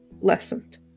lessened